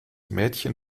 mädchen